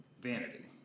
Vanity